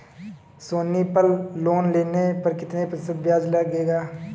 सोनी पल लोन लेने पर कितने प्रतिशत ब्याज लगेगा?